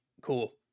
Cool